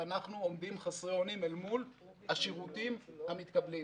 ואנחנו עומדים חסרי אונים אל מול השירותים המתקבלים.